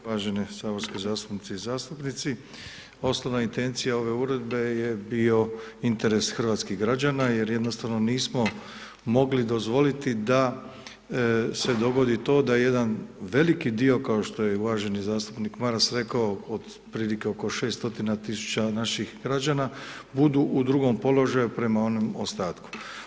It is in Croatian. uvažene saborske zastupnice i zastupnici, osnovna intencija ove uredbe je bio interes hrvatskih građana jer jednostavno nismo mogli dozvoliti da se dogodi to da jedan veliki dio, kao što je uvaženi zastupnik Maras rekao, otprilike oko 600 000 naših građana, budu u drugom položaju prema onom ostatku.